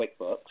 QuickBooks –